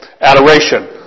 Adoration